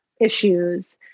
issues